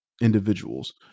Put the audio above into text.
individuals